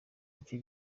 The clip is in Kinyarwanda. icyo